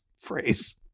phrase